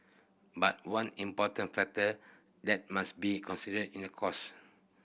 but one important factor that must be considered in a cost